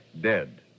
Dead